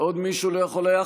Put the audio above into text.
עוד מישהו לא יכול היה?